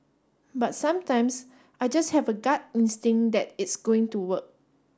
but sometimes I just have a gut instinct that it's going to work